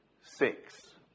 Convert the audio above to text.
six